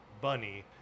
Bunny